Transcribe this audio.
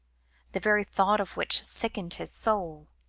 the very thought of which sickened his soul